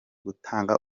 gutanga